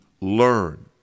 learn